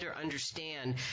understand